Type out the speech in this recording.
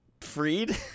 Freed